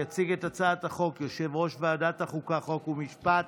יציג את הצעת החוק יושב-ראש ועדת החוקה, חוק ומשפט